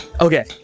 Okay